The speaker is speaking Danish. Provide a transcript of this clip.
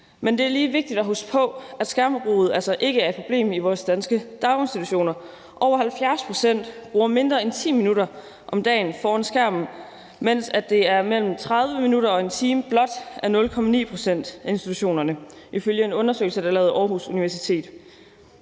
Men det er lige vigtigt at huske på, at skærmforbruget altså ikke er et problem i vores danske daginstitutioner. Over 70 pct. bruger mindre end 10 minutter om dagen foran skærmen, mens det for blot 0,9 pct. af institutionerne er mellem 30 minutter og 1 time ifølge en undersøgelse, der er lavet af Aarhus Universitet.